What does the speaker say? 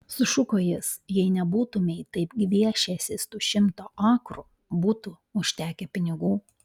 sušuko jis jei nebūtumei taip gviešęsis tų šimto akrų būtų užtekę pinigų